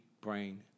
brain